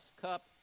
cup